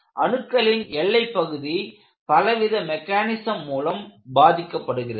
அணுக்களின் எல்லைப்பகுதி பலவித மெக்கானிசம் மூலம் பாதிக்கப்படுகிறது